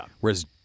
Whereas